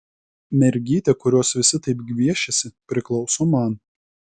mergytė kurios visi taip gviešiasi priklauso man